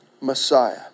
Messiah